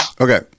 Okay